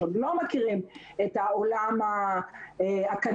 שעוד לא מכירים את העולם האקדמי,